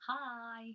Hi